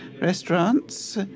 restaurants